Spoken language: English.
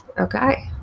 Okay